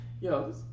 yo